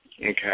Okay